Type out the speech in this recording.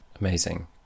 Amazing